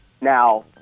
now –